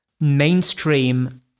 mainstream